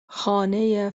خانه